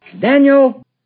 Daniel